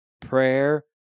Prayer